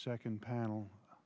second panel